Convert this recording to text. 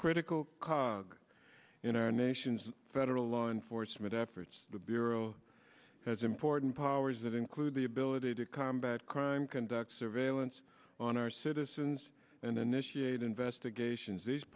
critical cog in our nation's federal law enforcement efforts the bureau has important powers that include the ability to combat crime conduct surveillance on our citizens and then issue eight investigations these